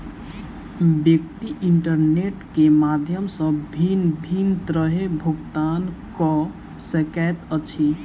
व्यक्ति इंटरनेट के माध्यम सॅ भिन्न भिन्न तरहेँ भुगतान कअ सकैत अछि